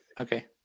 Okay